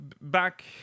back